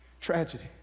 tragedy